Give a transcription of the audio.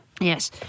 Yes